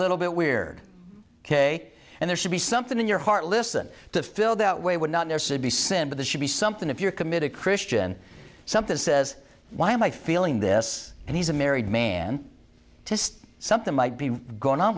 little bit weird ok and there should be something in your heart listen to phil that way would not there said be sin but this should be something if you're committed christian something says why am i feeling this and he's a married man to something might be going on